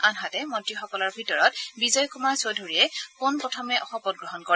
আনহাতে মন্ত্ৰীসকলৰ ভিতৰত বিজয় কুমাৰ চৌধুৰীয়ে পোনপ্ৰথমে শপতগ্ৰহণ কৰে